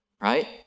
right